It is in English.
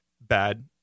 bad